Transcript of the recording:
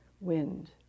wind